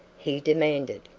he demanded.